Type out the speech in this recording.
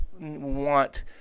want